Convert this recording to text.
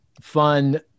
fun